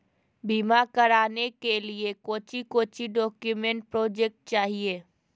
बीमा कराने के लिए कोच्चि कोच्चि डॉक्यूमेंट प्रोजेक्ट चाहिए?